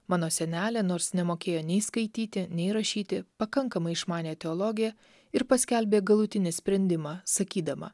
mano senelė nors nemokėjo nei skaityti nei rašyti pakankamai išmanė teologiją ir paskelbė galutinį sprendimą sakydama